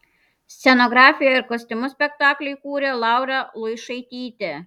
scenografiją ir kostiumus spektakliui kūrė laura luišaitytė